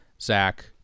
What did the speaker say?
Zach